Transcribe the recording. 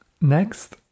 Next